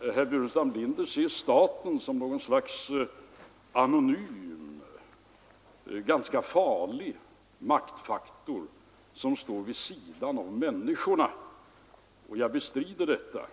Herr Burenstam Linder ser staten som något slags anonym, ganska farlig maktfaktor som står vid sidan om människorna. Jag bestrider detta.